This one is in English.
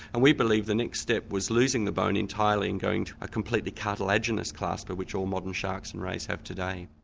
and we believe the next step was losing the bone entirely and going to a completely cartilaginous clasper which all modern sharks and rays have today.